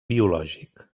biològic